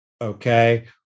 okay